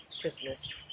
Christmas